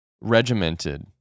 regimented